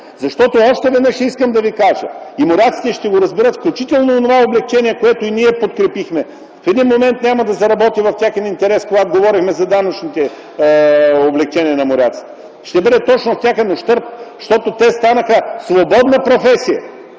време. Още веднъж искам да ви кажа, а моряците ще го разберат (включително и онова облекчение, което ние подкрепихме) – в един момент няма да заработи в техен интерес, когато говорехме за данъчните облекчения на моряците. Ще бъде точно в техен ущърб, защото те станаха свободна професия.